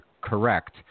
correct